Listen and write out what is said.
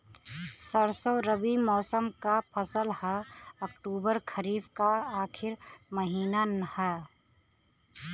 सरसो रबी मौसम क फसल हव अक्टूबर खरीफ क आखिर महीना हव